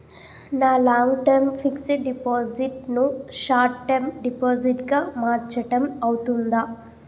నా long term fixed deposit ను short term deposit గా మార్చటం అవ్తుందా?